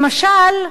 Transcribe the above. למשל,